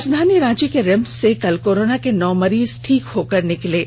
राजधानी रांची के रिम्स से कल कोरोना के नौ मरीज ठीक हो कर निकले हैं